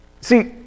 See